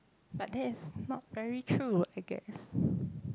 but that is not very true I guess